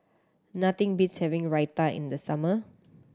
nothing beats having Raita in the summer